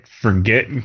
forget